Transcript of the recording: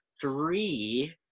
three